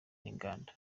n’inganda